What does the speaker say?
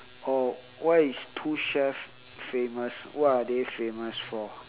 oh what is two chefs famous what are they famous for